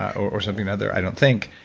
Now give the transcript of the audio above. or something and other i don't think.